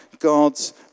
God's